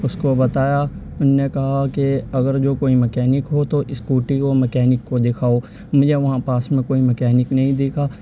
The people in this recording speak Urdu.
اس کو بتایا ان نے کہا کہ اگر جو کوئی مکینک ہو تو اسکوٹی کو مکینک کو دکھاؤ مجھے وہاں پاس میں کوئی مکینک نہیں دکھا